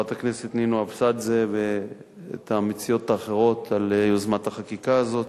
חברת הכנסת נינו אבסזדה ואת המציעות האחרות על יוזמת החקיקה הזו.